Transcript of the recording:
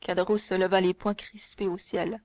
caderousse leva les poings crispés au ciel